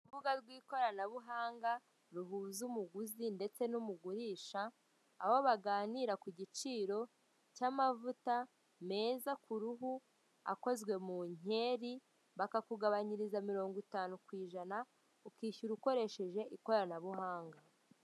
Urubuga rw'ikoranabuhanga ruhuza umuguzi ndetse n'umugurisha, aho baganira ku giciro cy'amavuta meza ku ruhu akozwe mu nkeri, bakakugabanyiriza mirongwitanu ku ijana, ukishyura ukoresheje ikoranabuhanga.